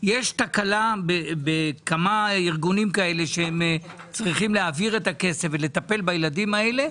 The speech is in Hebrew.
יש תקלה בכמה ארגונים שצריכים להעביר את הכסף ולטפל בילדים האלה.